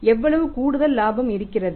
எவ்வளவு கூடுதல் லாபம் இருக்கிறது